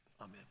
Amen